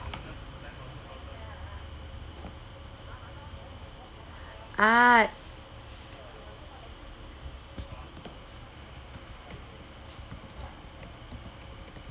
ah